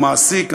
ומעסיק,